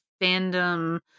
fandom